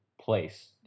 place